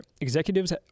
Executives